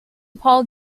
paul